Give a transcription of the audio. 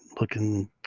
looking